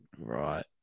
Right